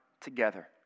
together